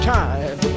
time